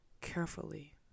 carefully